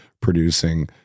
producing